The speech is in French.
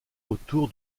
autour